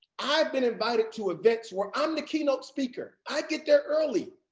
i've been invited to events where i'm the keynote speaker. i'd get there early.